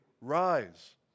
rise